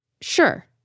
Sure